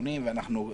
הקורונה לא ולא.